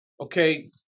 okay